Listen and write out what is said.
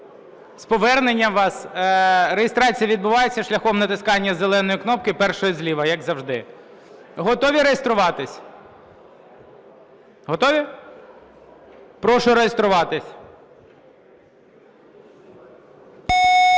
з поверненням вас), реєстрація відбувається шляхом натискання зеленої кнопки, першої зліва, як завжди. Готові реєструватись? Готові? Прошу реєструватись. 10:09:17